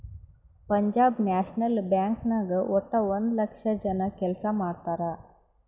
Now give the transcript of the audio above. Punjab National Bank ನಾಗ್ ವಟ್ಟ ಒಂದ್ ಲಕ್ಷ ಜನ ಕೆಲ್ಸಾ ಮಾಡ್ತಾರ್